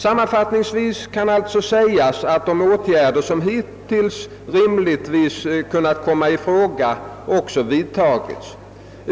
Sammanfattningsvis kan alltså sägas att de åtgärder som hitintills rimligen kunnat komma i fråga också vidtagits.